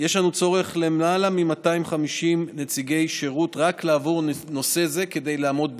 יש צורך בלמעלה מ-250 נציגי שירות רק עבור נושא זה כדי לעמוד בעומס.